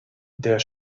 der